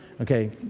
Okay